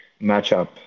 matchup